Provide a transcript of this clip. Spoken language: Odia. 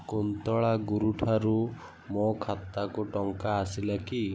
କୁନ୍ତଳା ଗୁରୁ ଠାରୁ ମୋ ଖାତାକୁ ଟଙ୍କା ଆସିଲା କି